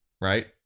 Right